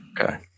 Okay